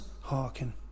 hearken